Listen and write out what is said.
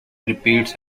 repeats